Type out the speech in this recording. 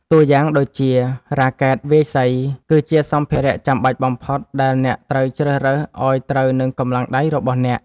តួយ៉ាងដូចជា រ៉ាកែតវាយសី គឺជាសម្ភារៈចាំបាច់បំផុតដែលអ្នកត្រូវជ្រើសរើសឱ្យត្រូវនឹងកម្លាំងដៃរបស់អ្នក។